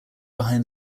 behind